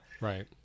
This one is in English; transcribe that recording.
right